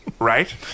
Right